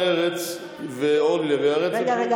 העבודה-מרצ ואורלי לוי היו רצף של מפלגות.